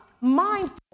mindful